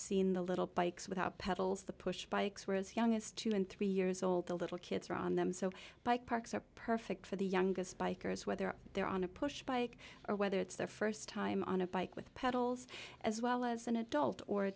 seen the little bikes without pedals the push bikes where as young as two and three years old the little kids are on them so bike parks are perfect for the youngest bikers whether they're on a push bike or whether it's their st time on a bike with pedals as well as an adult or a